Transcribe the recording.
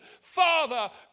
Father